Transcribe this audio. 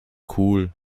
cool